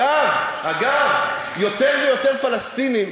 אגב, יותר ויותר פלסטינים,